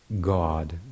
God